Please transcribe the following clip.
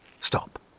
Stop